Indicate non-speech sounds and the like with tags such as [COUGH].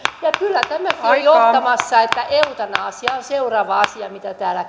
ja kyllä tämäkin on johtamassa siihen että eutanasia on seuraava asia mistä täällä [UNINTELLIGIBLE]